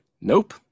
Nope